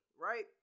right